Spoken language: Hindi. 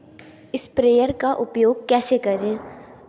स्प्रेयर का उपयोग कैसे करें?